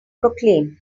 proclaimed